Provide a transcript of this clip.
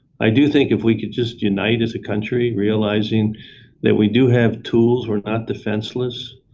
i do think if we can just unite as a country, realizing that we do have tools, we're not defenseless.